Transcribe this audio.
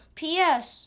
ps